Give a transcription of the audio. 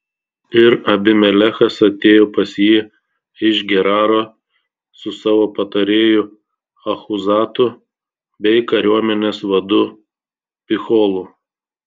ir abimelechas atėjo pas jį iš geraro su savo patarėju achuzatu bei kariuomenės vadu picholu